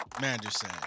Manderson